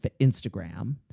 Instagram